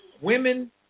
women